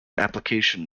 application